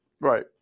Right